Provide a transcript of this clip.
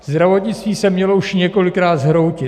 Zdravotnictví se mělo už několikrát zhroutit.